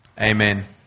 amen